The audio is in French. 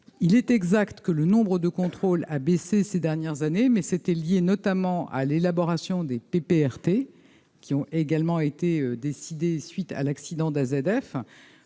il est exact que le nombre de contrôles a baissé ces dernières années mais c'était lié notamment à l'élaboration des PPRT qui ont également été décidées suite à l'accident d'AZF,